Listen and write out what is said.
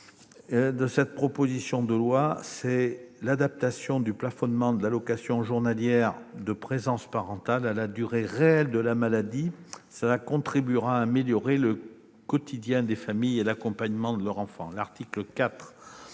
de cette proposition de loi est l'adaptation du plafonnement de l'allocation journalière de présence parentale à la durée réelle de la maladie. Cela contribuera à améliorer le quotidien des familles et l'accompagnement de leur enfant. L'article 4